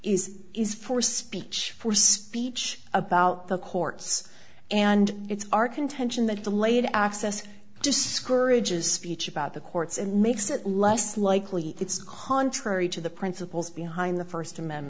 is is for speech for speech about the courts and it's our contention that delayed access discourages speech about the courts and makes it less likely it's contrary to the principles behind the first